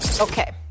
Okay